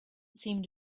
seemed